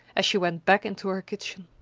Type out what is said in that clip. as she went back into her kitchen.